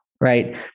Right